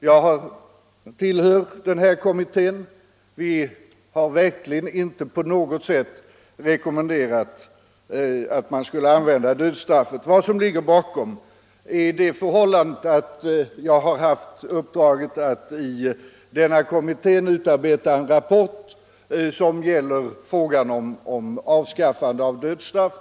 Jag tillhör kommittén. Vi har absolut inte på något sätt rekommenderat att man skulle använda dödsstraffet. Vad som ligger bakom är det förhållandet att jag har haft uppdraget att i denna kommitté utarbeta en rapport som gäller frågan om'avskaffande av dödsstraff.